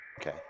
okay